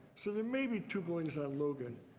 so there may be two points i'm moving.